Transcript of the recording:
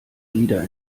wieder